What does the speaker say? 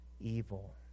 evil